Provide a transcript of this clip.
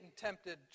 tempted